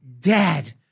dead